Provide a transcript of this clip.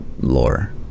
lore